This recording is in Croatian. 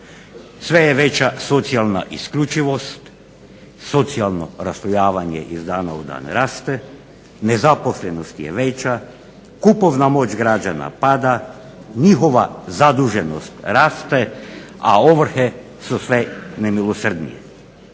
Sve je veća socijalna isključivost, socijalno raslojavanje iz dana u dan raste, nezaposlenost je veća, kupovna moć građana pada, njihova zaduženost raste, a ovrhe su sve nemilosrdnije.